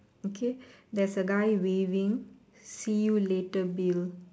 okay there's a guy waving see you later bill